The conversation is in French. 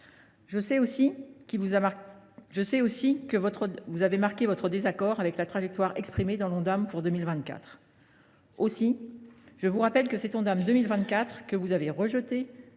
Je sais aussi que vous avez exprimé votre désaccord avec la trajectoire exprimée dans l’Ondam pour 2024. Aussi, je vous rappelle que cet Ondam, que vous avez rejeté,